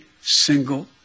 single